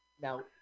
Now